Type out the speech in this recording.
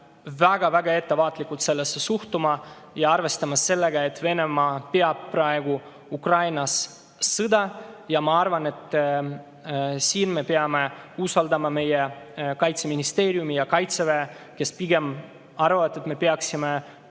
peame väga ettevaatlikult sellesse suhtuma ja arvestama sellega, et Venemaa peab praegu Ukrainas sõda. Ja ma arvan, et siin me peame usaldama meie Kaitseministeeriumi, samuti Kaitseväge, kes pigem leiavad, et me peaksime